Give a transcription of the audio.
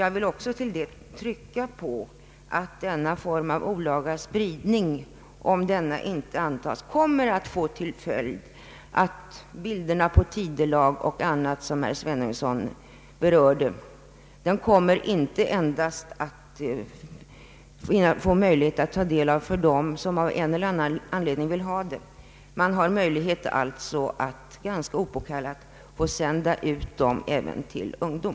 Jag vill också framhålla att om förslaget om förbud mot olaga spridning inte antas, kommer detta att få till följd att de bilder på tidelag och annat, som herr Sveningsson berörde, kommer att bli tillgängliga både för dem som vill se dem och för dem som vill förskonas från dem.